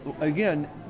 Again